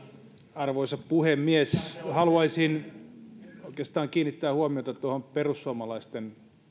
puhemies haluaisin oikeastaan kiinnittää huomiota tuohon perussuomalaisten